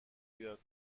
بیاد